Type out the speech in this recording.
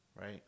right